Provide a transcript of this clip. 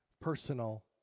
personal